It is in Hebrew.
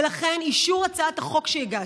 ולכן אישור הצעת החוק שהגשתי,